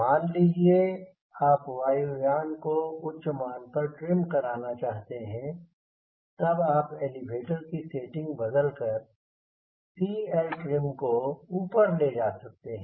मान लीजिये आप वायु यान को उच्च मान पर ट्रिम कराना चाहते हैं तब आप एलीवेटर की सेटिंग बदल कर CLtrim को ऊपर ले जा सकते हैं